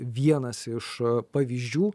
vienas iš pavyzdžių